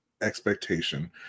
expectation